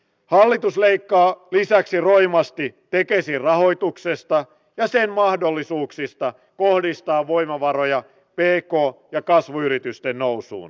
hallitus leikkaa lisäksi roimasti tekesin rahoituksesta ja sen mahdollisuuksista kohdistaa voimavaroja pk ja kasvuyritysten nousuun